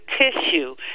tissue